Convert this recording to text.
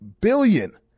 billion